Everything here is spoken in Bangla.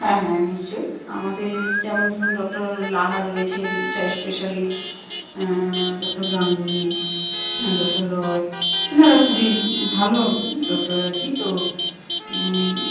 হ্যাঁ হ্যাঁ নিশ্চয়ই আমাদের যেমন ধরুন ডক্টর লাহা রয়েছেন চাইল্ড স্পেশালিস্ট ডক্টর গাঙ্গুলি হ্যাঁ ডক্টর রয় এনারা খুবই ভালো ডক্টর আর কি তো